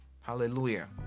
Hallelujah